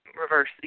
reverse